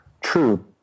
true